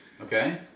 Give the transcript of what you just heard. Okay